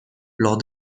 lors